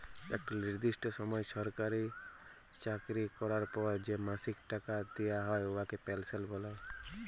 ইকট লিরদিষ্ট সময় সরকারি চাকরি ক্যরার পর যে মাসিক টাকা দিয়া হ্যয় উয়াকে পেলসল্ ব্যলে